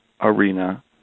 arena